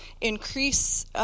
increase